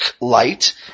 light